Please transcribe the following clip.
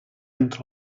entre